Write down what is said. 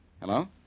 Hello